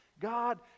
God